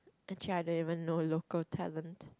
actually I don't even know local talent